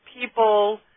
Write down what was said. people